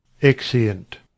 Exeunt